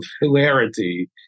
hilarity